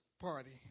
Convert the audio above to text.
party